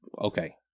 Okay